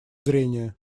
зрения